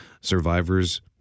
survivor's